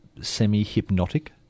semi-hypnotic